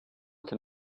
can